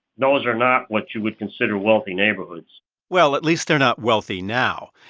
those are not what you would consider wealthy neighborhoods well, at least they're not wealthy now.